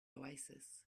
oasis